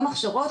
גם הכשרות,